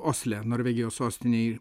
osle norvegijos sostinėj